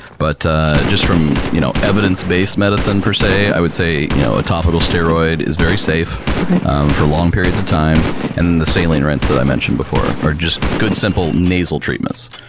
but just from you know evidence based medicine per se, i would say you know a topical steroid is very safe for long periods of time and the saline rinse that i mentioned before are just good simple nasal treatments,